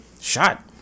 Shot